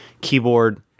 keyboard